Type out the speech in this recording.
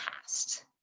past